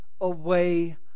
away